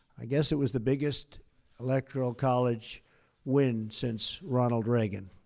i guess it was the biggest electoral college win since ronald reagan.